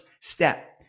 step